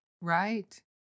Right